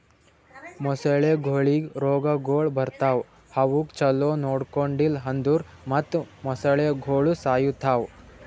ಮೊಸಳೆಗೊಳಿಗ್ ರೋಗಗೊಳ್ ಬರ್ತಾವ್ ಅವುಕ್ ಛಲೋ ನೊಡ್ಕೊಂಡಿಲ್ ಅಂದುರ್ ಮತ್ತ್ ಮೊಸಳೆಗೋಳು ಸಾಯಿತಾವ್